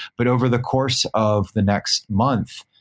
but over the course of the next month,